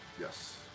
yes